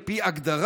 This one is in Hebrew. על פי הגדרה,